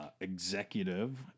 executive